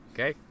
Okay